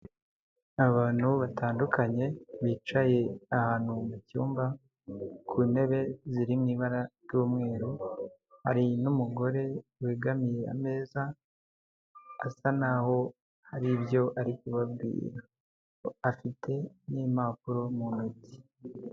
Abantu batandukanye bicaye ahantu mu cyumba, ku ntebe ziri mu ibara ry'umweru, hari n'umugore wegamiye ameza asa naho hari ibyo ari kubabwira. Afite n'impapuro mu ntoki.